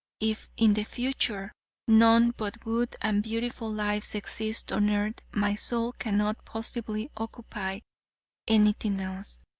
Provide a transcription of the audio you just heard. if in the future none but good and beautiful lives exist on earth, my soul cannot possibly occupy anything else.